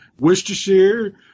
Worcestershire